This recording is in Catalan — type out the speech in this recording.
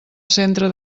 centre